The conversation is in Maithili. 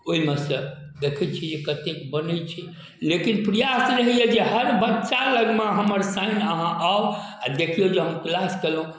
ओहिमेसँ देखै छिए जे कतेक बनै छै लेकिन प्रयास रहैए जे हर बच्चालगमे हमर साइन अहाँ आउ आओर देखिऔ जे हम किलास कएलहुँ